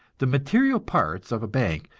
the material parts of a bank,